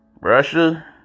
Russia